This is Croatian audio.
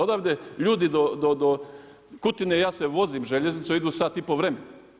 Odavde ljudi do Kutine, ja se vozim željeznicom idu sat i pol vremena.